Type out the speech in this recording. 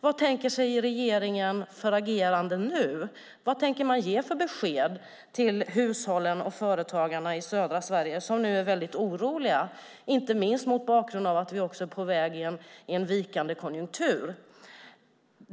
Vilket besked tänker man ge hushållen och företagarna i södra Sverige som nu är oroliga, inte minst mot bakgrund av att vi är på väg in i en vikande konjunktur?